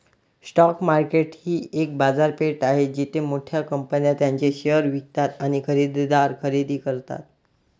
stock market ही एक बाजारपेठ आहे जिथे मोठ्या कंपन्या त्यांचे शेअर्स विकतात आणि खरेदीदार खरेदी करतात